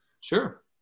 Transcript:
Sure